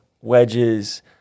wedges